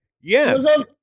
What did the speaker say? Yes